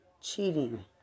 cheating